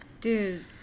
Dude